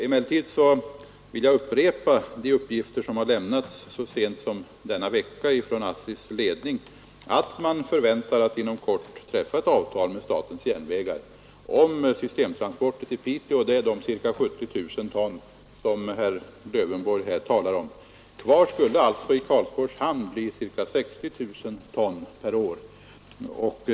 Emellertid vill jag upprepa de uppgifter som har lämnats så sent som denna vecka från ASSI:s ledning, att man förväntar att inom kort träffa ett avtal med statens järnvägar om systemtransporter till Piteå — det är de cirka 70 000 ton som herr Lövenborg talar om, Kvar för Karlsborgs hamn skulle alltså bli cirka 60 000 ton per år.